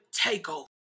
takeover